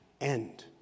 end